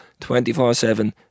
24-7